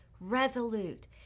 resolute